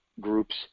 groups